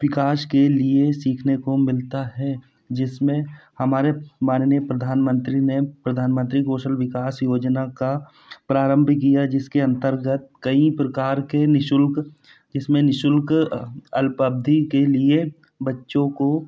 विकास के लिए सीखने को मिलता है जिसमें हमारे माननीय प्रधानमंत्री ने प्रधानमंत्री कौशल विकास योजना का प्रारम्भ किया जिसके अन्तर्गत कई प्रकार के निशुल्क जिसमें निशुल्क अल्पावधि के लिए बच्चों को